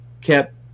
kept